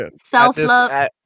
Self-love